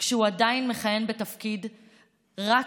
כשהוא עדיין מכהן בתפקיד שר,